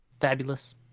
Fabulous